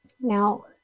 Now